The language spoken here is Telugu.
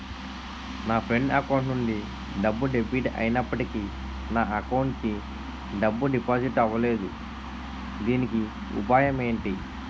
నా ఫ్రెండ్ అకౌంట్ నుండి డబ్బు డెబిట్ అయినప్పటికీ నా అకౌంట్ కి డబ్బు డిపాజిట్ అవ్వలేదుదీనికి ఉపాయం ఎంటి?